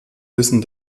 wissen